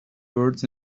words